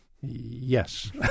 Yes